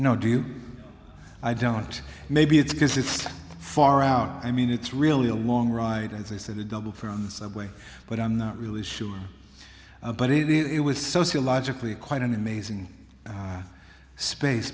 know do you i don't maybe it's because it's so far out i mean it's really a long ride as i said a double from the subway but i'm not really sure about it it was sociologically quite an amazing space